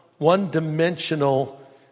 one-dimensional